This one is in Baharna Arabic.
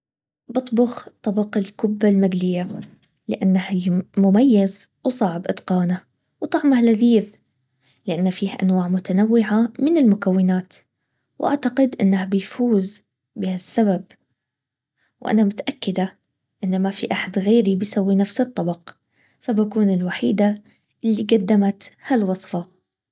بطبخ طبق الكبة المقلية لانها مميز وصعب اتقانه وطعمه لذيذ لانه فيه انواع متنوعة من المكونات واعتقد انه بيفوز بهالسبب وانا متأكدة انه ما في احد غيري بيسوي نفس الطبق فبكون الوحيدة اللي قدمت هالوصفة